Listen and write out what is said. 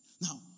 Now